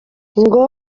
ngo